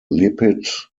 lipid